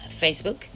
facebook